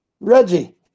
Reggie